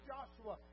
Joshua